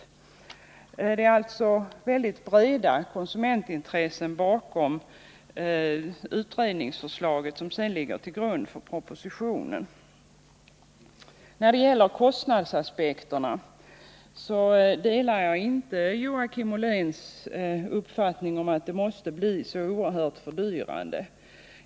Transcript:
Det är alltså mycket breda konsumentintressen bakom det utredningsförslag som ligger till grund för propositionen. När det gäller kostnadsaspekterna delar jag inte Joakim Olléns uppfattning att propositionens förslag måste bli så oerhört fördyrande.